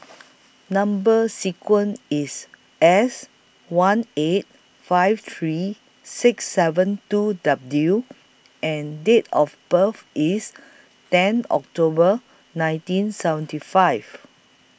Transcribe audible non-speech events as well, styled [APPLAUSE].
[NOISE] Number sequence IS S one eight five three six seven two W and Date of birth IS ten October nineteen seventy five